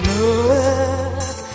Look